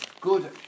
Good